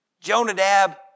Jonadab